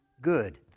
good